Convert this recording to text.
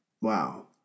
Wow